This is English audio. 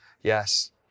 yes